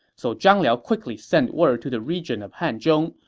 so he ah quickly sent word to the region of hanzhong,